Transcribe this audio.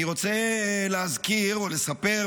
אני רוצה להזכיר או לספר,